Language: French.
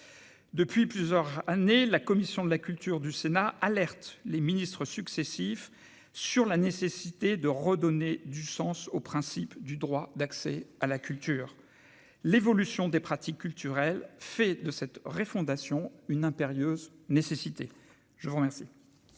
depuis plusieurs années, la commission de la culture du Sénat alertent les ministres successifs sur la nécessité de redonner du sens au principe du droit d'accès à la culture, l'évolution des pratiques culturelles fait de cette refondation une impérieuse nécessité, je vous remercie.